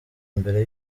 mbere